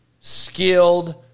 skilled